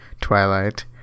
Twilight